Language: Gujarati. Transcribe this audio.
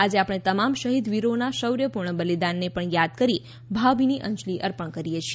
આજે આપણે તમામ શહિદ વીરોના શૌર્યપુર્ણ બલિદાનને પણ યાદ કરી ભાવભીની અંજલી અર્પણ કરીએ છીએ